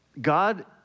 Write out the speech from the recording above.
God